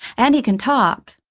and he can talk.